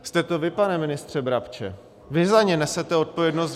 Jste to vy, pane ministře Brabče, vy za ni nesete odpovědnost.